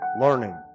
learning